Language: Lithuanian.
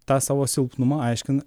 tą savo silpnumą aiškina